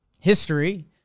History